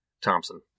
Thompson